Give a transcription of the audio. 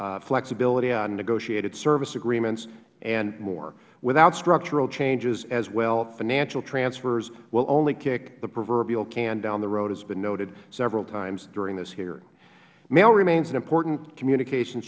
flexibility on negotiated service agreements and more without structural changes as well financial transfers will only kick the proverbial can down the road as has been noted several times during this hearing mail remains an important communication